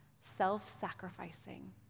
self-sacrificing